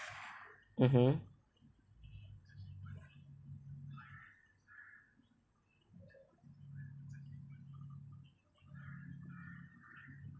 mmhmm